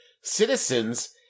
citizens